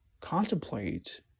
contemplate